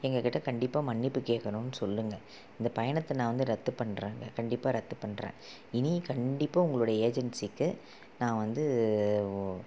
எங்க கிட்ட கண்டிப்பாக மன்னிப்பு கேட்கணுன்னு சொல்லுங்க இந்த பயணத்தை நான் வந்து ரத்து பண்ணுறேங்க கண்டிப்பாக ரத்து பண்ணுறேன் இனி கண்டிப்பாக உங்களுடைய ஏஜென்சிக்கு நான் வந்து